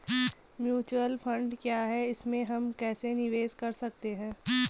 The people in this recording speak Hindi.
म्यूचुअल फण्ड क्या है इसमें हम कैसे निवेश कर सकते हैं?